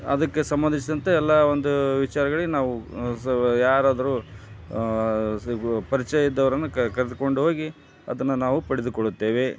ಅದಕ್ಕೆ ಸಂಬಂಧಿಸಿದಂತೆ ಎಲ್ಲ ಒಂದು ವಿಚಾರಗಳಿಗೆ ನಾವು ಸ ಯಾರಾದರೂ ಸಿಗುವ ಪರಿಚಯ ಇದ್ದವರನ್ನ ಕರೆದುಕೊಂಡು ಹೋಗಿ ಅದನ್ನು ನಾವು ಪಡೆದುಕೊಳ್ಳುತ್ತೇವೆ